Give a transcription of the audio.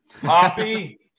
Poppy